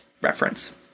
reference